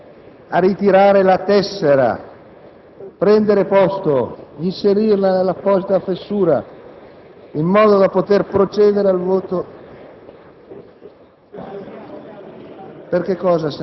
La seduta è ripresa. Invito i colleghi a ritirare la tessera, a prendere posto e ad inserirla nell'apposita fessura in modo da poter procedere alla